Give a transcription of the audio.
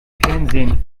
fernsehen